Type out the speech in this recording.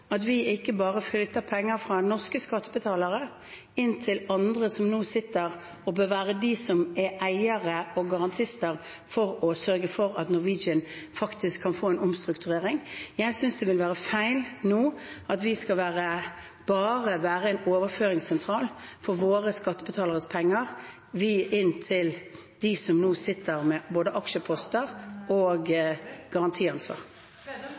at vi ikke bare flytter penger fra norske skattebetalere inn til andre, som nå sitter og bør være dem som er eiere og garantister for å sørge for at Norwegian faktisk kan få en omstrukturering? Jeg synes det nå ville være feil at vi bare skal være en overføringssentral for våre skattebetaleres penger – inn til dem som nå sitter med både aksjeposter og